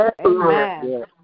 Amen